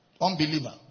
Unbeliever